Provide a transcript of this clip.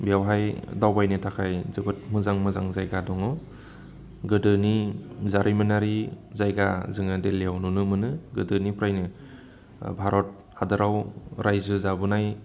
बेवहाय दावबायनो थाखाय जोबोद मोजां मोजां जायगा दङ गोदोनि जारिमिनारि जायगा जोङो दिल्लीयाव नुनो मोनो गोदोनिफ्राय भारत हादोराव रायजो जाबोनाय